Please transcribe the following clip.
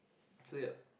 so ya